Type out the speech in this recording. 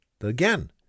again